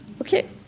Okay